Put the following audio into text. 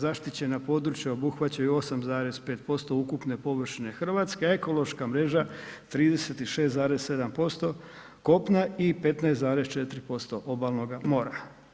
Zaštićena područja obuhvaćaju 8,5% ukupne površine Hrvatske, a ekološka mreža 36,7% kopna i 15,4% obalnoga mora.